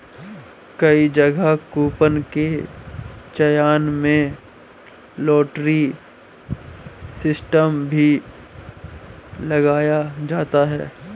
कई जगह कूपन के चयन में लॉटरी सिस्टम भी लगाया जाता है